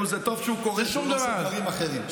טוב שהוא קורא ולא עושה דברים אחרים.